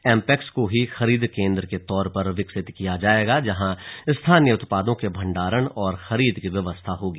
M PACS को ही खरीद केंद्र के तौर पर विकसित किया जाएगा जहां स्थानीय उत्पादों के भण्डारण और खरीद की व्यवस्था होगी